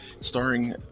starring